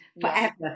forever